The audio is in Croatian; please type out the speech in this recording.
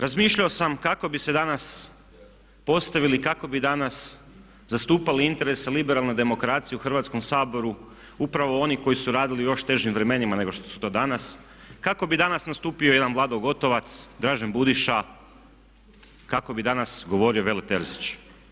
Razmišljao sam kako bi se danas postavili, kako bi danas zastupali interese liberalne demokracije u Hrvatskom saboru upravo oni koji su radili u još težim vremenima nego što su to danas, kako bi danas nastupio jedan Vlado Gotovac, Dražen Budiša, kako bi danas govorio Vel Terzić.